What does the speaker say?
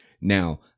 Now